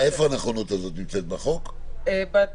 זה מופיע